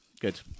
good